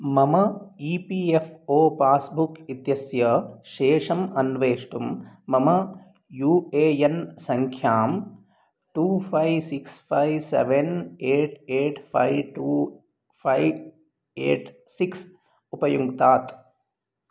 मम E P F O passbook इत्यस्य शेषम् अन्वेष्टुं मम यू ए एन् सङ्ख्यां two five six five seven eight eight five two five eight six उपयुङ्क्तात्